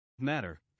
matter